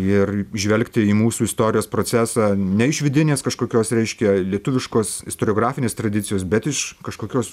ir žvelgti į mūsų istorijos procesą ne iš vidinės kažkokios reiškia lietuviškos istoriografinės tradicijos bet iš kažkokios